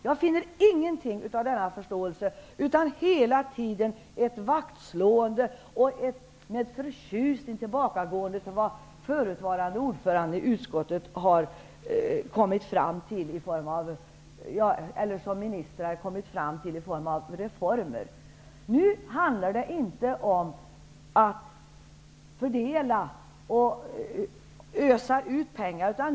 Jag finner ingenting av denna förståelse, utan hela tiden ett vaktslående och ett tillbakagående med förtjusning till det den förutvarande ordföranden i utskottet eller ministern har kommit fram till i form av reformer. Nu handlar det inte om att fördela och ösa ut pengar.